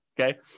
Okay